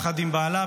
יחד עם בעלה,